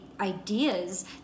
ideas